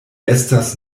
estas